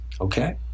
okay